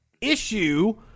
issue